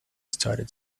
started